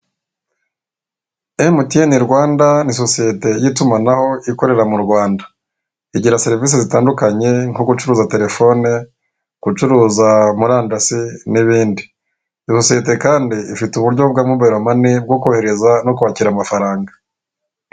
Emutiyeni rwanda ni sosiyete y'itumanaho ikorera mu rwanda igira serivisi zitandukanye nko gucuruza telefone, gucuruza murandasi n'ibindi iyi sosiyete kandi ifite uburyo bwa mobire mani bwo kohereza no kwakira amafaranga.